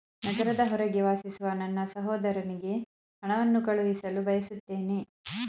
ನಗರದ ಹೊರಗೆ ವಾಸಿಸುವ ನನ್ನ ಸಹೋದರನಿಗೆ ಹಣವನ್ನು ಕಳುಹಿಸಲು ಬಯಸುತ್ತೇನೆ